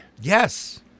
Yes